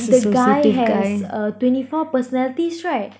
the guy has uh twenty four personalities right